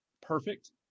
perfect